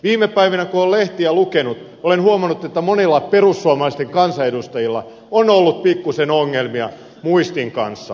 viime päivinä kun on lehtiä lukenut olen huomannut että monilla perussuomalaisten kansanedustajilla on ollut pikkuisen ongelmia muistin kanssa